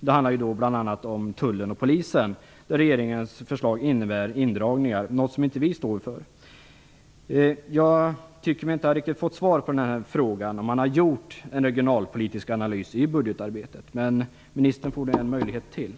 Det handlar bl.a. om Tullen och Polisen, där regeringens förslag innebär indragningar - något som inte vi står för. Jag tycker mig inte riktigt ha fått svar på frågan om man har gjort en regionalpolitisk analys i budgetarbetet, men ministern får en möjlighet till.